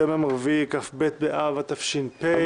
היום יום רביעי, כ"ב באב התש"ף,